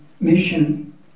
mission